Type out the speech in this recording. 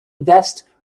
vest